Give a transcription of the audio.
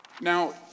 Now